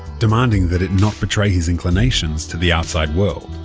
demanding that it not betray his inclinations to the outside world.